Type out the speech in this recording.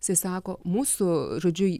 jisai sako mūsų žodžiu